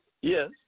Yes